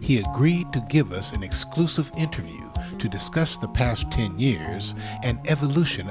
he agreed to give us an exclusive interview to discuss the past ten years and evolution